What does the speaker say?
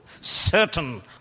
certain